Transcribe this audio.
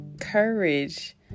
courage